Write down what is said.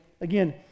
again